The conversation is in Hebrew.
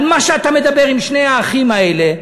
על מה שאתה מדבר עם שני האחים האלה,